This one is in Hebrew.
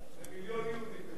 למיליון יהודים.